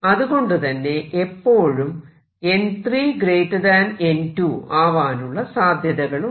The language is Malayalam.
അതുകൊണ്ടു തന്നെ എപ്പോഴും n3 n2 ആവാനുള്ള സാധ്യതകളുണ്ട്